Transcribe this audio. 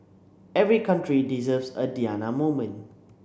every country deserves a Diana moment